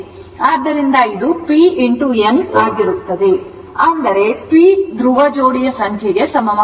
ಆದ್ದರಿಂದ ಇದು p n ಆಗಿರುತ್ತದೆ ಅಂದರೆ p ಧ್ರುವ ಜೋಡಿಯ ಸಂಖ್ಯೆಗೆ ಸಮಾನವಾಗಿರುತ್ತದೆ